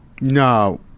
No